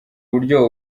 buryo